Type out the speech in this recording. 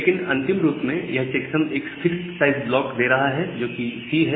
लेकिन अंतिम रूप में यह चेक्सम एक फिक्स्ड साइज ब्लॉक दे रहा है जो कि सी है